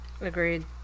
Agreed